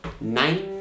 nine